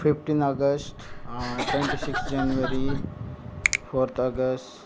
fifteen August twenty six January fourth August